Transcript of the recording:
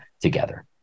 together